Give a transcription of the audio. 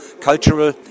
cultural